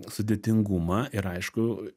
sudėtingumą ir aišku